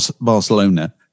Barcelona